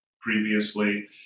previously